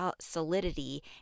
solidity